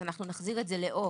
נחזיר: או.